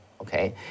okay